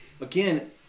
Again